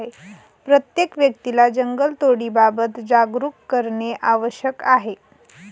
प्रत्येक व्यक्तीला जंगलतोडीबाबत जागरूक करणे आवश्यक आहे